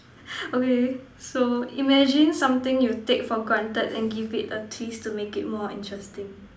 okay so imagine something you take for granted and give it a twist to make it more interesting